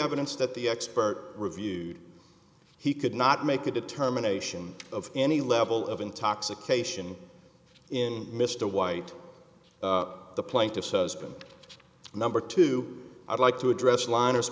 evidence that the expert reviewed he could not make a determination of any level of intoxication in mr white the plaintiff and number two i'd like to address liner